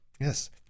yes